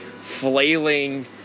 flailing